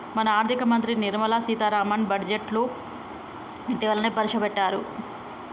మన ఆర్థిక మంత్రి నిర్మల సీతారామన్ బడ్జెట్ను ఇటీవలనే ప్రవేశపెట్టారు